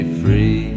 free